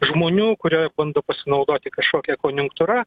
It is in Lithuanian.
žmonių kurie bando pasinaudoti kažkokia konjunktūra